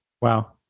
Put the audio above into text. Wow